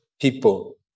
people